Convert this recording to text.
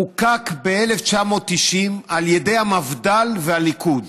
חוקק ב-1990 על ידי המפד"ל והליכוד.